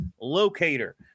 locator